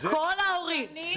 כל ההורים,